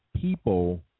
people